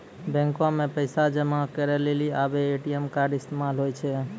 बैको मे पैसा जमा करै लेली आबे ए.टी.एम कार्ड इस्तेमाल होय छै